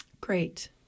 Great